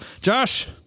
Josh